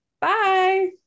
Bye